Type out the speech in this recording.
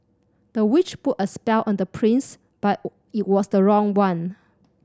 the witch put a spell on the prince but it was the wrong one